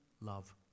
love